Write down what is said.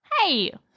Hey